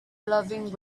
loving